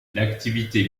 l’activité